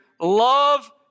love